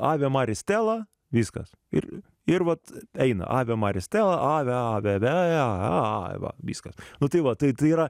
ave maris stela viskas ir ir vat eina ave maris stela ave ave ave vė vė vė viskas nu tai va tai tai yra